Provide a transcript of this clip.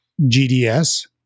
GDS